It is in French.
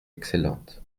excellente